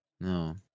No